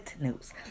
news